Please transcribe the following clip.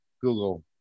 Google